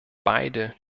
beide